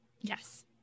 Yes